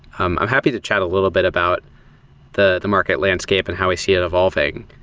i'm i'm happy to chat a little bit about the the market landscape and how i see it evolving.